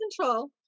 control